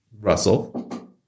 Russell